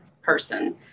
person